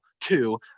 Two